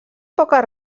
poques